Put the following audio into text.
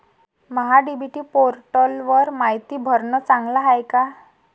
महा DBT पोर्टलवर मायती भरनं चांगलं हाये का?